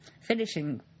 finishing